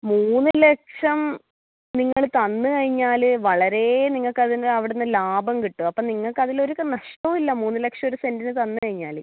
മൂന്ന് ലക്ഷം നിങ്ങൾ തന്ന് കഴിഞ്ഞാൽ വളരേ നിങ്ങക്ക് അതിന് അവിടെ നിന്ന് ലാഭം കിട്ടും അപ്പോൾ നിങ്ങൾക്ക് അതിൽ ഒരു നഷ്ട്ടം ഇല്ല മൂന്ന് ലക്ഷം ഒരു സെൻ്റിന് തന്ന് കഴിഞ്ഞാൽ